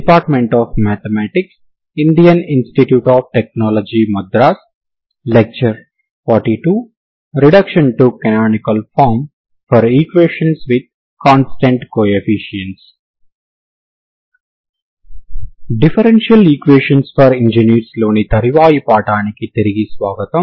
differential equations for engineers లోని తరువాయి పాఠానికి తిరిగి స్వాగతం